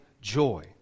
joy